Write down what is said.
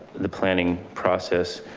the planning process,